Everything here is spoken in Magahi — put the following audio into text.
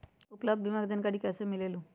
उपलब्ध बीमा के जानकारी कैसे मिलेलु?